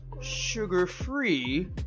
sugar-free